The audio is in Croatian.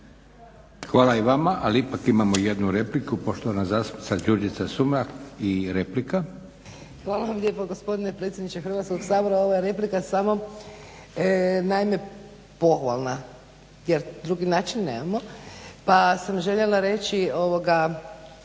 Hvala i vama. Ali ipak imamo jednu repliku. Poštovana zastupnica Đurđica Sumrak i replika. **Sumrak, Đurđica (HDZ)** Hvala vam lijepa gospodine predsjedniče Hrvatskog sabora. Ova replika samo naime pohvalna jer drugi način nemamo pa sam željela reći ovoga